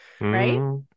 Right